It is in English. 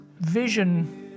vision